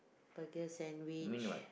burger sandwich